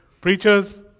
preachers